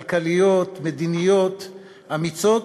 כלכליות ומדיניות אמיצות